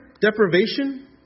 Deprivation